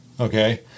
Okay